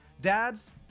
Dads